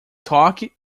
toque